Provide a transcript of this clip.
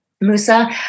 Musa